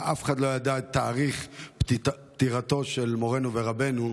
אף אחד לא ידע את תאריך פטירתו של מורנו ורבנו.